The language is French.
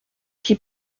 qui